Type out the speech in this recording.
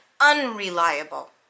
unreliable